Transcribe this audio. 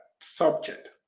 subject